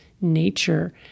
nature